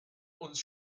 uns